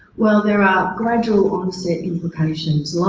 well there are gradual onset implications like